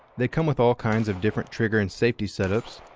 they come with all kinds of different trigger and safety setups,